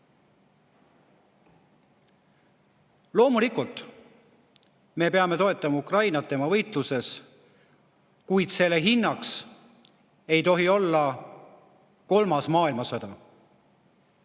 Loomulikult, me peame toetama Ukrainat tema võitluses, kuid selle hinnaks ei tohi olla kolmas maailmasõda.